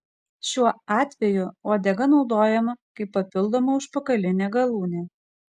šiuo atveju uodega naudojama kaip papildoma užpakalinė galūnė